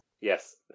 Yes